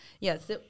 Yes